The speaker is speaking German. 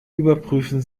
überprüfen